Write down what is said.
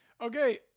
Okay